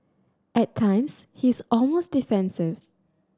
at times he is almost defensive